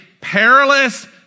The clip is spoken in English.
perilous